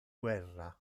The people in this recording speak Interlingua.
guerra